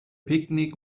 picnic